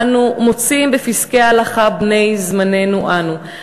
אנו מוצאים בפסקי הלכה בני זמננו אנו,